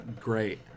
Great